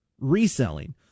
reselling